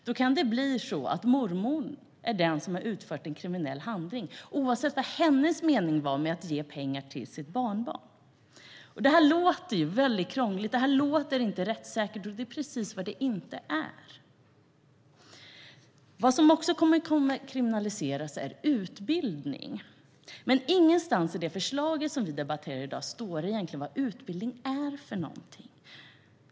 Då kan mormodern bli den som har utfört en kriminell handling, oavsett vad hennes tanke var med att ge pengar till sitt barnbarn. Detta låter väldigt krångligt och inte rättssäkert, och det är precis vad det inte är. Vad som också kommer att kriminaliseras är utbildning. Men ingenstans i förslaget som vi debatterar i dag står det vad utbildning egentligen är för något.